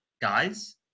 guys